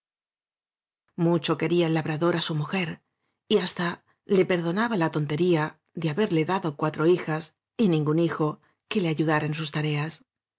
mucho quería el labrador á su mujer y hasta le perdonaba la tontería de haberle dado cuatro hijas y ningún hijo que le ayudara en sus tareas